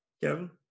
Kevin